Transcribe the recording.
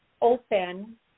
open